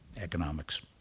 economics